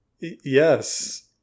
Yes